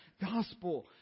gospel